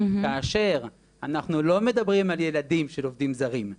כאשר אנחנו לא מדברים על ילדים של עובדים זרים,